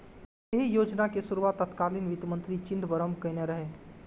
एहि योजनाक शुरुआत तत्कालीन वित्त मंत्री पी चिदंबरम केने रहै